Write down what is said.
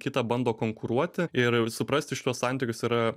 kita bando konkuruoti ir suprasti šiuos santykius yra